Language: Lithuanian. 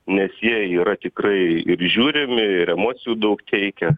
nes jie yra tikrai ir žiūrimi ir emocijų daug teikia